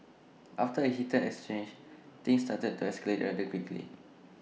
after A heated exchange things started to escalate rather quickly